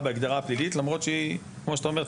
בהגדרה הפלילית למרות שכמו שאתה אומר,